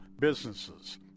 businesses